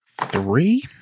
three